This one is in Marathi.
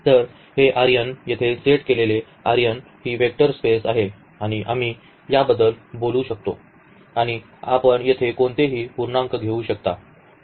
तर हे येथे सेट केलेले ही वेक्टर स्पेस आहे आणि आम्ही याबद्दल बोलू शकतो आणि आपण येथे कोणतेही पूर्णांक घेऊ शकता